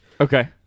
Okay